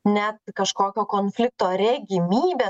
net kažkokio konflikto regimybės